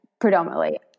predominantly